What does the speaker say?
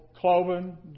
cloven